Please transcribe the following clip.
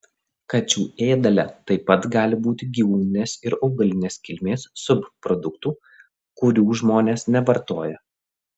kačių ėdale taip pat gali būti gyvūnines ir augalinės kilmės subproduktų kurių žmonės nevartoja